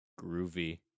Groovy